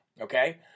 okay